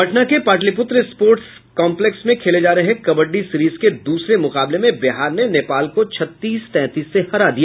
पटना के Pataliputra sports complex में खेले जा रहे कबड़डी सीरिज के द्रसरे मुकाबले में बिहार ने नेपाल को छत्तीस तैंतीस से हरा दिया